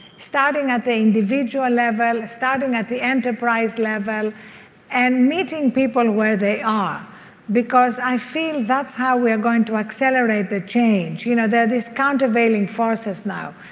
starting at the individual level, starting at the enterprise level and meeting people and where they are because i feel that's how we are going to accelerate the change. you know there's this countervailing forces now.